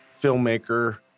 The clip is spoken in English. filmmaker